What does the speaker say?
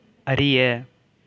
அறிய